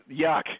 yuck